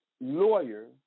lawyer